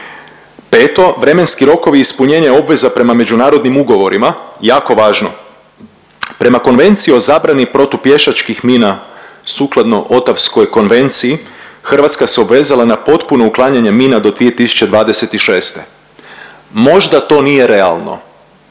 vremenski rokovi ispunjenja obveza prema međunarodnim ugovorima, jako važno. Prema Konvenciji o zabrani protupješačkih mina sukladno Otavskoj konvenciji Hrvatska se obvezala na potpuno uklanjanje mina do 2026. Možda to nije realno.